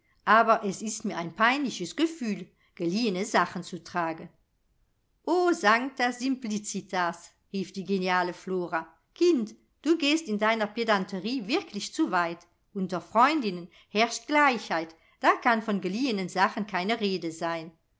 aber es ist mir ein peinliches gefühl geliehene sachen zu tragen o sancta simplicitas rief die geniale flora kind du gehst in deiner pedanterie wirklich zu weit unter freundinnen herrscht gleichheit da kann von geliehenen sachen keine rede sein